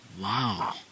wow